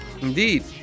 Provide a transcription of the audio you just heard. Indeed